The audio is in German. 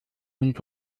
und